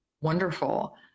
wonderful